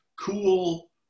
cool